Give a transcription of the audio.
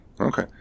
Okay